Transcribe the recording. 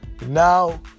Now